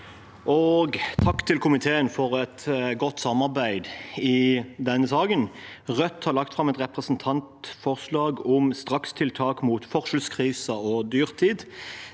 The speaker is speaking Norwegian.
Takk til komiteen for et godt samarbeid i denne saken. Rødt har lagt fram et representantforslag om strakstiltak mot forskjellskrise og dyrtid.